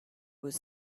was